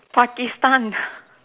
Pakistan